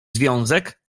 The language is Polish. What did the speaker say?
związek